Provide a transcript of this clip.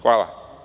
Hvala.